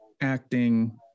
acting